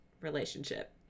relationship